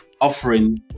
offering